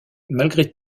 malgré